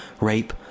rape